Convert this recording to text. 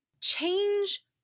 Change